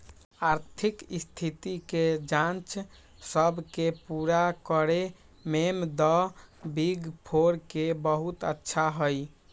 आर्थिक स्थिति के जांच सब के पूरा करे में द बिग फोर के बहुत अच्छा हई